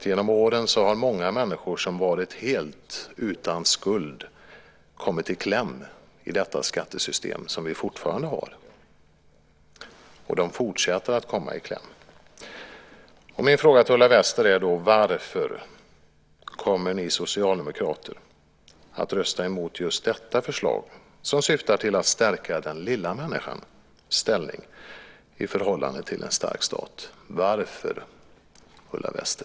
Genom åren har många människor som varit helt utan skuld kommit i kläm i det skattesystem som vi fortfarande har, och de fortsätter att komma i kläm. Min fråga till Ulla Wester är då: Varför kommer ni socialdemokrater att rösta emot just detta förslag som syftar till att stärka den lilla människans ställning i förhållande till en stark stat? Varför, Ulla Wester?